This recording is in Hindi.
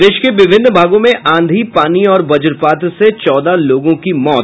प्रदेश के विभिन्न भागों में आंधी पानी और वज्रपात से चौदह लोगों की मौत